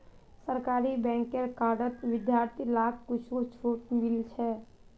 सरकारी बैंकेर कार्डत विद्यार्थि लाक कुछु छूट मिलील छ